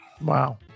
wow